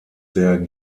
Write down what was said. der